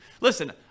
Listen